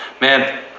Man